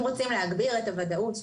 אם רוצים להגביר את הוודאות,